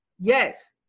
Yes